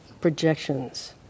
projections